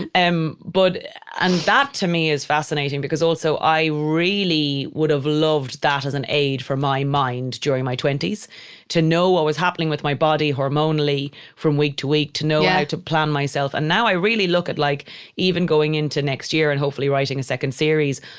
and that but and to me is fascinating because also i really would have loved that as an aide for my mind during my twenty s to know what was happening with my body hormonally from week to week to know how to plan myself. and now i really look at like even going into next year and hopefully writing a second series,